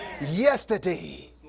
Yesterday